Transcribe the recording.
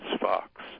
Fox